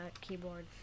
keyboard